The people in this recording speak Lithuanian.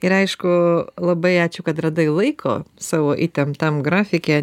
ir aišku labai ačiū kad radai laiko savo įtemptam grafike